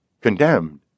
condemned